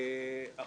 ולמה את נאוה לא?